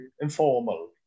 Informal